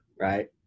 right